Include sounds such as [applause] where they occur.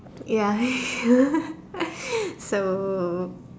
ya [laughs] so